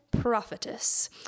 Prophetess